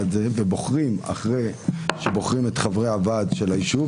ואחרי שבוחרים את חברי הוועד של היישוב,